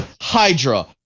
Hydra